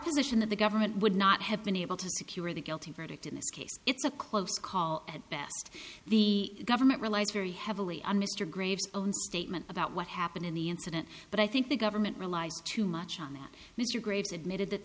position that the government would not have been able to secure the guilty verdict in this case it's a close call at best the government relies very heavily on mr graves own statement about what happened in the incident but i think the government relies too much on that mr graves admitted that